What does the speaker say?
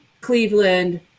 cleveland